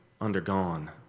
undergone